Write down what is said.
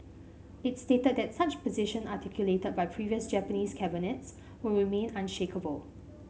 it stated that such position articulated by previous Japanese cabinets will remain unshakeable